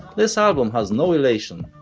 this album had no elation,